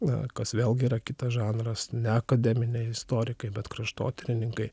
na kas vėlgi yra kitas žanras ne akademiniai istorikai bet kraštotyrininkai